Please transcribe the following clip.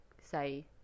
say